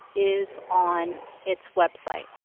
is on its website.